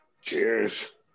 Cheers